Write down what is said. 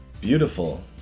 beautiful